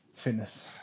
Fitness